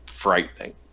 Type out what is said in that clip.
frightening